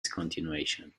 discontinuation